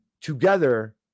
together